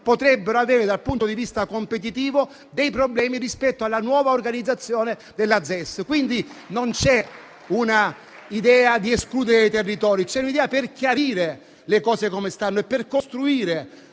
potrebbero avere dal punto di vista competitivo dei problemi rispetto alla nuova organizzazione della ZES. C'è, quindi, una idea non di escludere dei territori, ma di chiarire le cose come stanno e per costruire